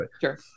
sure